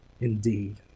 indeed